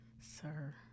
sir